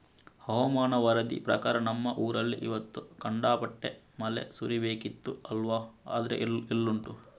ಹವಾಮಾನ ವರದಿ ಪ್ರಕಾರ ನಮ್ಮ ಊರಲ್ಲಿ ಇವತ್ತು ಖಂಡಾಪಟ್ಟೆ ಮಳೆ ಸುರೀಬೇಕಿತ್ತು ಅಲ್ವಾ ಆದ್ರೆ ಎಲ್ಲುಂಟು